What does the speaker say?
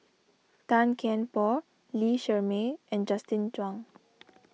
Tan Kian Por Lee Shermay and Justin Zhuang